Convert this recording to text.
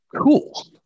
cool